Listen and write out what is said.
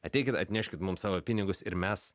ateikit atneškit mum savo pinigus ir mes